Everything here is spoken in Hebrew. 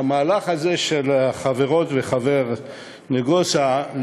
המהלך הזה של חברות הכנסת וחבר הכנסת נגוסה,